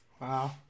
Wow